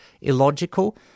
illogical